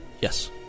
Yes